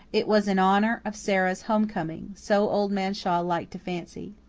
it was in honour of sara's home-coming so old man shaw liked to fancy.